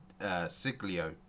Siglio